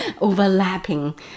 overlapping